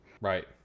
Right